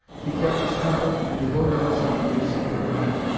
he kept his temper and devoted himself to his suffering men,